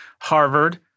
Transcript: Harvard